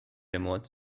remote